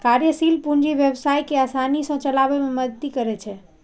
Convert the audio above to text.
कार्यशील पूंजी व्यवसाय कें आसानी सं चलाबै मे मदति करै छै